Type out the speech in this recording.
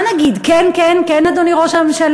מה נגיד, כן, כן, כן, אדוני ראש הממשלה?